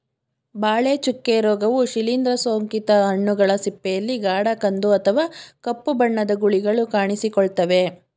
ಬಾಳೆ ಚುಕ್ಕೆ ರೋಗವು ಶಿಲೀಂದ್ರ ಸೋಂಕಿತ ಹಣ್ಣುಗಳ ಸಿಪ್ಪೆಯಲ್ಲಿ ಗಾಢ ಕಂದು ಅಥವಾ ಕಪ್ಪು ಬಣ್ಣದ ಗುಳಿಗಳು ಕಾಣಿಸಿಕೊಳ್ತವೆ